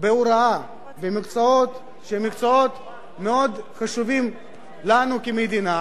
בהוראה במקצועות שהם מקצועות מאוד חשובים לנו כמדינה,